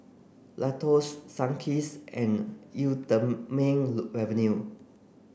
Lacoste Sunkist and Eau Thermale Avene